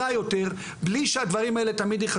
אלה הן הערות מאוד